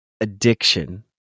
addiction